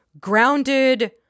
grounded